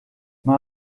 man